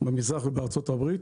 במזרח ובארצות הברית.